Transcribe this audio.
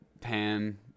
pan